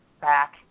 back